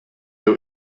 that